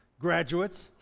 Graduates